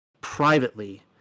privately